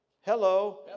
hello